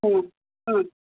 हा हा